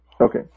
Okay